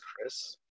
Chris